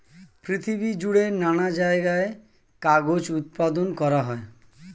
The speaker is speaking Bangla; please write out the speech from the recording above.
পৃথিবী জুড়ে নানা জায়গায় কাগজ উৎপাদন করা হয়